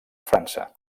frança